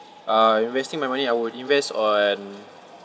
uh investing my money I would invest on